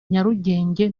nyarugenge